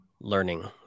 learning